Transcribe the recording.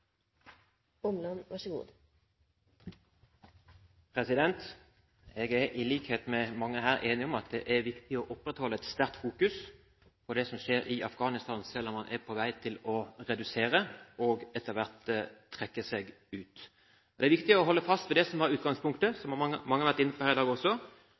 jeg enig i at det er viktig å opprettholde et sterkt fokus på det som skjer i Afghanistan, selv om man er på vei til å redusere og etter hvert trekke seg ut. Det er viktig å holde fast ved det som var utgangspunktet, som mange har vært inne på her i dag også.